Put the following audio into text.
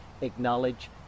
acknowledge